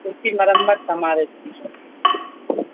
اس کی مرمت ہمارے ذمے ہے